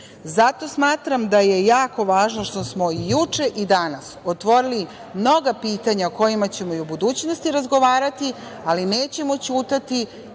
Zato smatram da je jako važno što smo juče i danas otvorili mnoga pitanja o kojima ćemo i u budućnosti razgovarati, ali nećemo ćutati